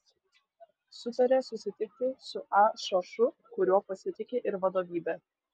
sutarė susitikti su a šošu kuriuo pasitiki ir vadovybė